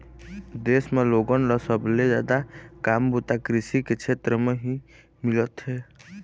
देश म लोगन ल सबले जादा काम बूता कृषि के छेत्र म ही मिलत हे